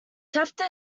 taft